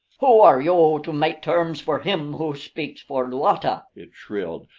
who are you to make terms for him who speaks for luata? it shrilled.